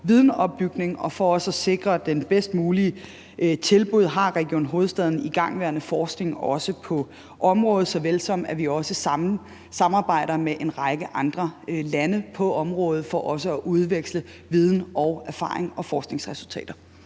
videnopbygning. Og for også at sikre det bedst mulige tilbud har Region Hovedstaden igangværende forskning på området, lige såvel som at vi også samarbejder med en række andre lande på området for også at udveksle viden og erfaring og forskningsresultater.